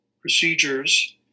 procedures